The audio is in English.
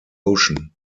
ocean